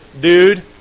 dude